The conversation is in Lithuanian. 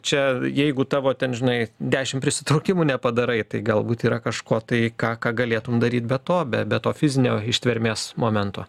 čia jeigu tavo ten žinai dešim prisitraukimų nepadarai tai galbūt yra kažko tai ką galėtum daryti be to be to fizinio ištvermės momento